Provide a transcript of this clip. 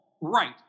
Right